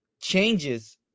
changes